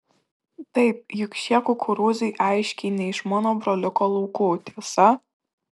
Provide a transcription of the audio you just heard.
taip juk šie kukurūzai aiškiai ne iš mano broliuko laukų tiesa